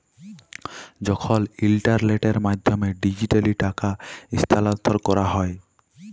যখল ইলটারলেটের মাধ্যমে ডিজিটালি টাকা স্থালাল্তর ক্যরা হ্যয়